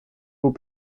vous